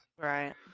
Right